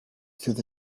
through